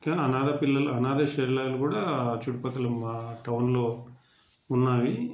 కానీ అనాధపిల్లలు అనాధ శరణాలయాలు కూడా చుట్టుపక్కల మా టౌన్లో ఉన్నవి